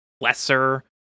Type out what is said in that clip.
lesser